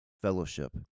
fellowship